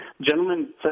Gentlemen